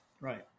Right